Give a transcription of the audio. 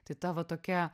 tai ta va tokia